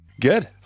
Good